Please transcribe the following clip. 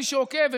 מי שעוקב,